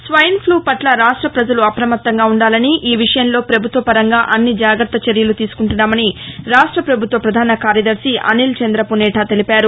swine flu పట్ల రాష్ట ప్రజలు అప్రమత్తంగా ఉండాలని ఈ విషయంలో ప్రభుత్వ పరంగా అన్ని జాగ్రత్త చర్యలు తీసుకుంటున్నామని రాష్ట పభుత్వ పధాన కార్యదర్శి అనిల్ చంద్ర పునేర తెలిపారు